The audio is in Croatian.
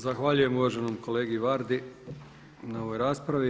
Zahvaljujem uvaženom kolegi Vardi na ovoj raspravi.